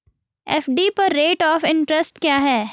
FD पर rate of interest क्या है?